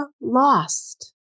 lost